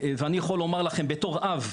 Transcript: אני יכול לומר לכם בתור אב,